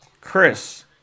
Chris